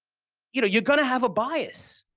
you know you're going to have a bias,